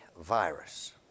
virus